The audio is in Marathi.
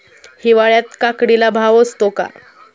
हिवाळ्यात काकडीला भाव असतो का?